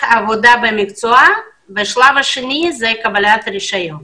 עבודה במקצוע ובשלב השני יש את קבלת הרישיון.